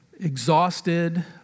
exhausted